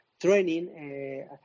training